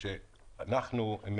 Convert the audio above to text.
אם